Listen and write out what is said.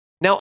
Now